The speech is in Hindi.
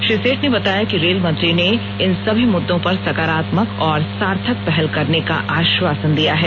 श्री सेठ ने बताया कि रेल मंत्री ने इन सभी मुद्दों पर सकारात्मक और सार्थक पहल करने का आश्वासन दिया है